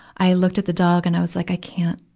i looked at the dog and i was like, i can't,